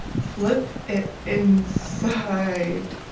flip it. inside.